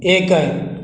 ଏକ